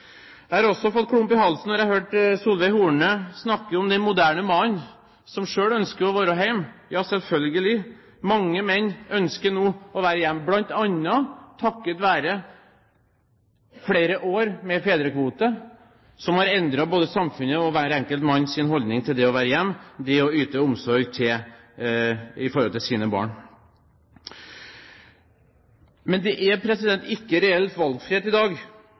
Jeg fikk også klump i halsen da jeg hørte Solveig Horne snakke om den moderne mannen som selv ønsker å være hjemme. Ja, selvfølgelig. Mange menn ønsker nå å være hjemme, bl.a. takket være flere år med fedrekvote som har endret både samfunnet og hver enkelt manns holdning til det å være hjemme og yte omsorg til sine barn. Men det er ikke reell valgfrihet i dag,